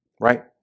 right